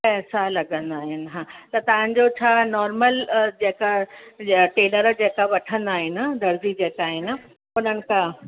पैसा लॻंदा आहिनि हा त तव्हांजो छा नॉर्मल जेका टेलर वठंदा आहिनि दर्जी जेका आहिनि उन्हनि खां